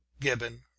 gibbon